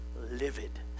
livid